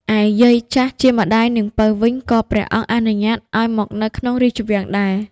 ឯយាយ ចាស់ជាម្ដាយនាងពៅវិញ ក៏ព្រះអង្គអនុញ្ញាតឱ្យមកនៅក្នុងរាជវាំងដែរ។